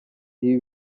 ibi